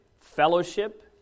fellowship